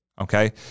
okay